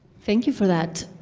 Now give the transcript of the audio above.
thank you for that.